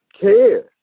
care